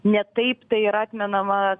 ne taip tai yra atmenama